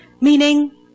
Meaning